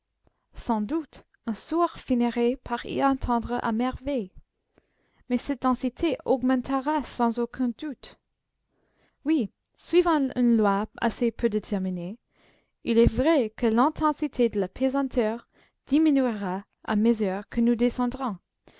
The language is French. sans doute un sourd finirait par y entendre à merveille mais cette densité augmentera sans aucun doute oui suivant une loi assez peu déterminée il est vrai que l'intensité de la pesanteur diminuera à mesure que nous descendrons